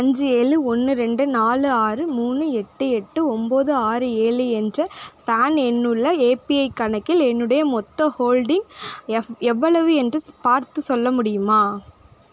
அஞ்சு ஏழு ஒன்று ரெண்டு நாலு ஆறு மூணு எட்டு எட்டு ஒன்போது ஆறு ஏழு என்ற பான் எண்ணுள்ள ஏபிஐ கணக்கில் என்னுடைய மொத்த ஹோல்டிங் எவ் எவ்வளவு என்று ஸ் பார்த்து சொல்ல முடியுமா